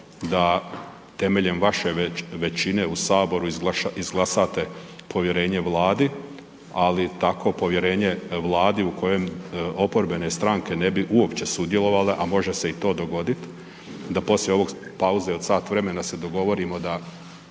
da temeljem vaše većine u saboru izglasate povjerenje vladi, ali tako povjerenje vladi u kojem oporbene stranke ne bi uopće sudjelovale, a može se i to dogodit da poslije ove pauze od sat vremena se dogovorimo da